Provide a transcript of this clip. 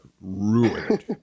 ruined